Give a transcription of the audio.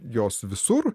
jos visur